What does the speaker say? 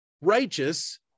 righteous